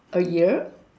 a year